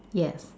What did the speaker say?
yes